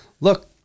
look